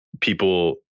people